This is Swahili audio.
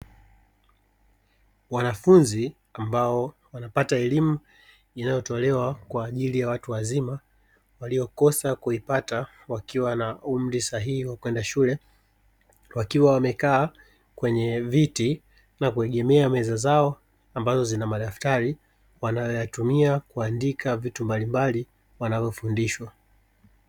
Wanafunzi ambao wanapata elimu inayo tolewa kwa ajili ya watu wazima waliokosa kuipata wakiwa na umri sahihi wa kwenda shule. Wakiwa wamekaa kwenye viti na kuegemea meza zao ambazo zina madaftari wanayoyatumia kuandika vitu mbalimbali wanavyofundishwa.